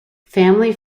family